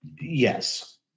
Yes